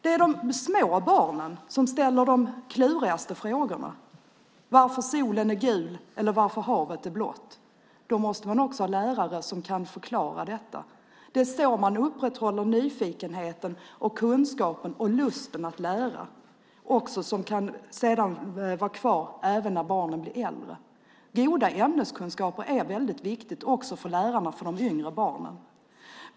Det är de små barnen som ställer de klurigaste frågorna, varför solen är gul eller varför havet är blått. Då måste man också ha lärare som kan förklara detta. Det är så man upprätthåller nyfikenheten, kunskapen och lusten att lära och som sedan kan finnas kvar även när barnen blir äldre. Goda ämneskunskaper är väldigt viktigt också för lärarna för de yngre barnen.